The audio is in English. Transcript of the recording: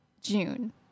June